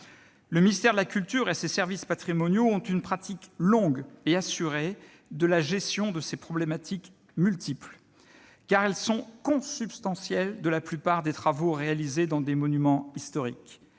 Le ministère de la culture et ses services patrimoniaux ont une pratique longue et assurée de la gestion de ces problématiques multiples, car celles-ci sont consubstantielles de la plupart des travaux réalisés dans des monuments historiques.